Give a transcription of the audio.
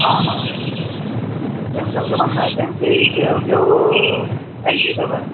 हा हा सैमसंग त माना संसुई ऐं ॿियो ॿियो एलजी अथव